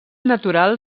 natural